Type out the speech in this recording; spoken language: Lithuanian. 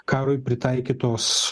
karui pritaikytos